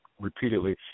repeatedly